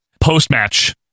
Post-match